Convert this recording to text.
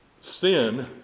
sin